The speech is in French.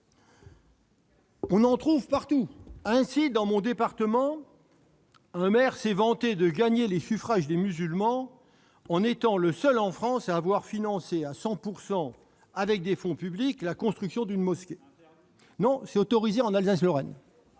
On en trouve partout : ainsi, dans mon département, un maire s'est vanté de gagner les suffrages des musulmans en étant le seul en France à avoir financé avec 100 % de fonds publics la construction d'une mosquée. C'est interdit ! Non, c'est autorisé en Alsace-Lorraine,